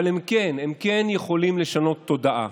אבל הם יכולים לשנות תודעה.